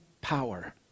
power